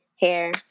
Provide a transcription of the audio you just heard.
Hair